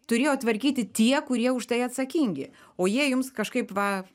turėjo tvarkyti tie kurie už tai atsakingi o jie jums kažkaip va